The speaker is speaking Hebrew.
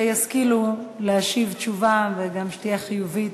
שישכילו להשיב תשובה וגם שתהיה חיובית,